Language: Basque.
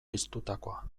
piztutakoa